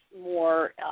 more